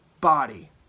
body